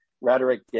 rhetoric